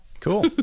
cool